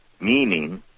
meaning